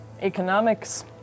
Economics